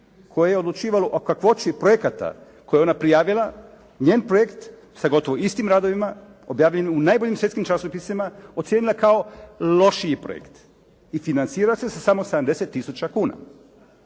koje je odlučivalo o kakvoći projekata koje je ona prijavila njen projekt sa gotovo istim radovima objavljen u najboljim svjetskim časopisima ocijenila kao lošiji projekt i financira se sa samo 70 tisuća kuna.